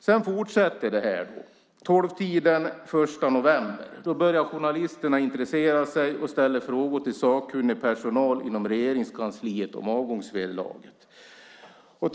Detta fortsätter vid tolvtiden den 1 november. Då börjar journalisterna intressera sig och ställa frågor till sakkunnig personal inom Regeringskansliet om avgångsvederlaget.